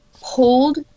hold